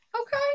Okay